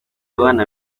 abana